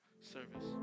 service